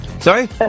Sorry